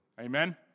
Amen